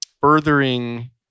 furthering